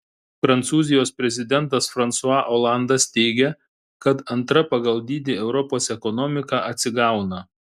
prancūzijos prezidentas fransua olandas teigia kad antra pagal dydį europos ekonomika atsigauna